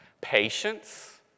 Patience